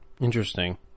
Interesting